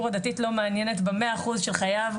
הדתי לא מעניינת במאה אחוז של חייו,